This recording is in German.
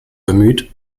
bemüht